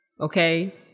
okay